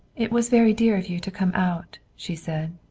it was very dear of you to come out, she said.